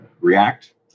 React